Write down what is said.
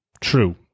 true